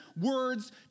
words